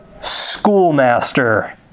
schoolmaster